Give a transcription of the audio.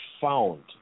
found